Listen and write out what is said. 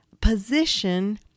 position